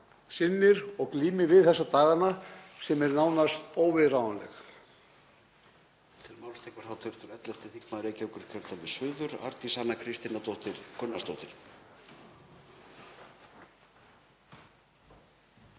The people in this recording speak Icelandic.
sinnir og glímir við þessa dagana, sem er nánast óviðráðanleg?